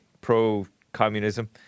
pro-communism